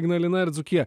ignalina ir dzūkija